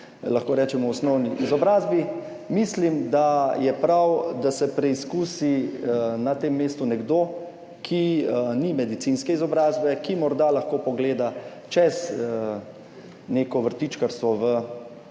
lahko rečemo, osnovni izobrazbi. Mislim, da je prav, da se preizkusi na tem mestu nekdo, ki ni medicinske izobrazbe, ki morda lahko pogleda čez neko vrtičkarstvo v